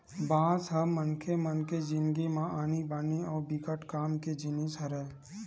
बांस ह मनखे मन के जिनगी म आनी बानी अउ बिकट काम के जिनिस हरय